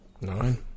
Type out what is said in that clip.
Nine